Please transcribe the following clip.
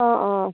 অঁ অঁ